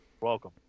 Welcome